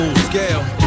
scale